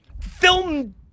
film